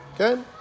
Okay